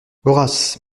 horace